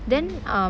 then um